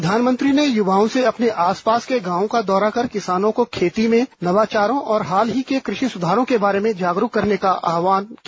प्रधानमंत्री ने युवाओं से अपने आसपास के गांवों का दौरा कर किसानों को खेती में नवाचारों और हाल ही के कृषि सुधारों के बारे में जागरूक करने का आहवान किया